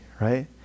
right